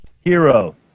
hero